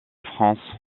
france